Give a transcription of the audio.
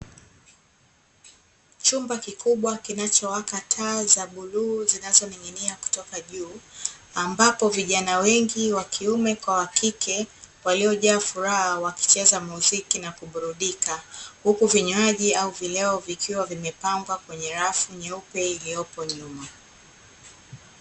Chumba kikubwa kinachowaka taa za bluu zinazoning'inia kutoka juu, ambapo vijana wengi wakiume kwa wakike, waliojaa furaha wakicheza muziki na kuburudika, huku vinywaji au vileo vikiwa vimepangwa kwenye rafu nyeupe iliyopo nyuma.